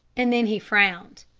and then he frowned.